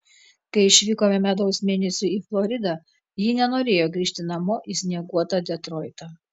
kai išvykome medaus mėnesiui į floridą ji nenorėjo grįžti namo į snieguotą detroitą